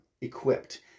equipped